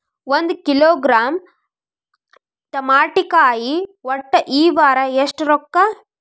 ಒಂದ್ ಕಿಲೋಗ್ರಾಂ ತಮಾಟಿಕಾಯಿ ಒಟ್ಟ ಈ ವಾರ ಎಷ್ಟ ರೊಕ್ಕಾ?